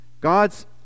God's